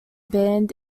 band